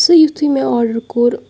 سُہ یُتھُے مےٚ آڈَر کوٚر